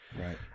Right